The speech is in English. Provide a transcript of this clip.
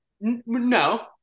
no